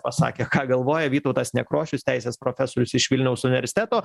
pasakė ką galvoja vytautas nekrošius teisės profesorius iš vilniaus universiteto